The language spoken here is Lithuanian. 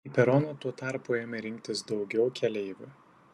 į peroną tuo tarpu ėmė rinktis daugiau keleivių